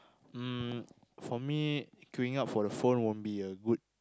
mm for me queuing up for the phone won't be a good